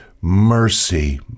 mercy